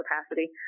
capacity